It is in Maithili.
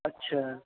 अच्छा